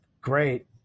great